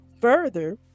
further